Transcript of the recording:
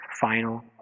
final